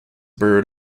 bird